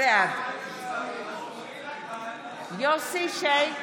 בעד יוסף שיין,